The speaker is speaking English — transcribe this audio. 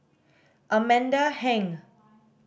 Amanda Heng